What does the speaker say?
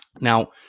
Now